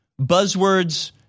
buzzwords